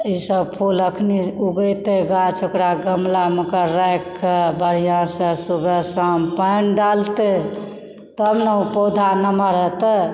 ईसभ फूल अखने उगेतय गाछ ओकरा गमलामे कऽ राखिकऽ बढिआँसँ सुबह शाम पानि डालतय तब नऽ ओ पौधा नमहर हेतय